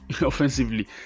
offensively